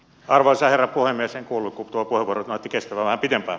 arvoisa herra puhemies ei kuulu topo inter näytti kestävän pidempää